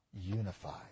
unified